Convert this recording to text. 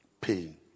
paying